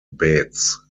beds